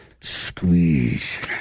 squeeze